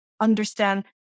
understand